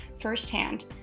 firsthand